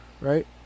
Right